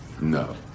no